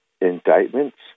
indictments